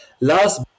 Last